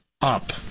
up